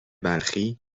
بلخی